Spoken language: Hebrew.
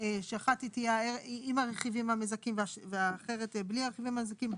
שאחת היא תהיה עם הרכיבים המזכים והאחרת בלי המזכים,